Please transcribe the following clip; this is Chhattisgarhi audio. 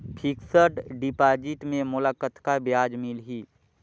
फिक्स्ड डिपॉजिट मे मोला कतका ब्याज मिलही?